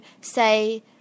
say